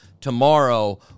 tomorrow